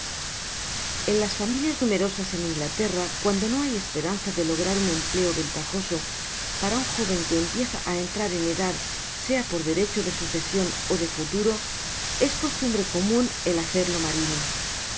n as familias numerosas de inglaterra cuando no hayesperanza de lograr un empleo ventajoso para un joven que empieza á entrar en edad sea por derecho de sucesion ó de futura es costumbre comun el hacerlo marino